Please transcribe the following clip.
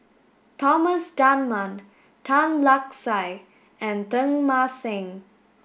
Thomas Dunman Tan Lark Sye and Teng Mah Seng